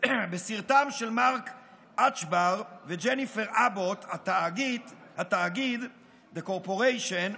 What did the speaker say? בסרטם של מארק אצ'בר וג'ניפר אבוט "התאגיד" The Corporation,